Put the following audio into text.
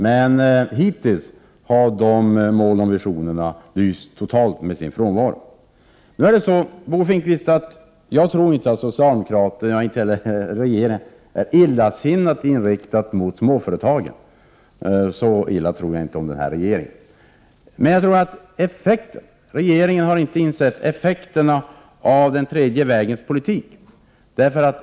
Men hittills har dessa mål och visioner lyst med sin frånvaro. Bo Finnkvist! Jag tror inte att socialdemokraterna och regeringen är illasinnat inriktade mot småföretagen. Så illa tror jag inte om dem. Men jag tror inte att regeringen har insett effekterna av den tredje vägens politik.